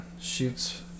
Shoots